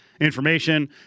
information